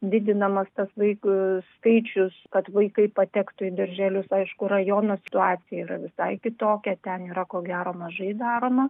didinamas tas vaikų skaičius kad vaikai patektų į darželius aišku rajono situacija yra visai kitokia ten yra ko gero mažai daroma